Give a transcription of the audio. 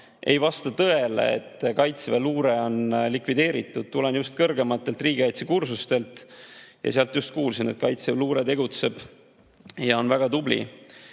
Ei vasta tõele, et kaitseväeluure on likvideeritud. Tulen just kõrgematelt riigikaitsekursustelt ja seal kuulsin, et kaitseväeluure tegutseb ja on väga tubli.